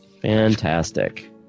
Fantastic